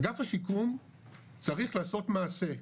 אגף השיקום צריך לעשות מעשה,